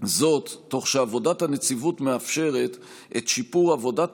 תוך שעבודת הנציבות מאפשרת את שיפור עבודת